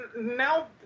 Now